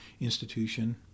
Institution